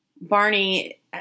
Barney